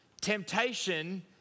temptation